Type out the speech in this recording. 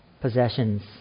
possessions